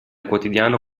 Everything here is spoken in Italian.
quotidiano